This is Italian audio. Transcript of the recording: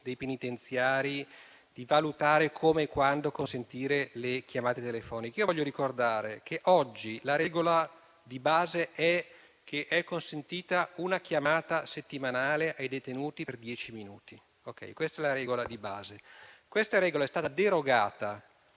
dei penitenziari di valutare come e quando consentire le chiamate telefoniche. Voglio ricordare che oggi la regola di base è che è consentita una chiamata settimanale ai detenuti per dieci minuti. Questa regola è stata derogata